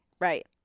Right